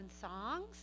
songs